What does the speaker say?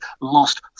lost